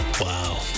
wow